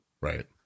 right